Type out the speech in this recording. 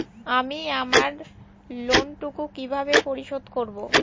আমি আমার লোন টুকু কিভাবে পরিশোধ করব?